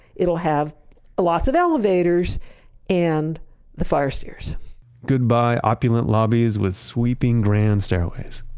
it'll have lots of elevators and the fire stairs goodbye opulent lobbies with sweeping grand stairways.